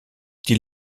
die